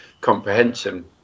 comprehension